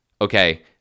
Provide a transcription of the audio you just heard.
okay